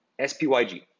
SPYG